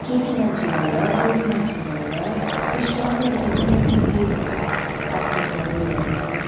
केटी मान्छे भएर छोरी मान्छे भएर त्यो स्ट्रगल चाहिँ जहीँ तहीँ त्यही हो क्या हो आफ्नो घर हेर्नु